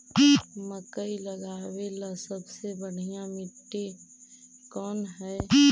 मकई लगावेला सबसे बढ़िया मिट्टी कौन हैइ?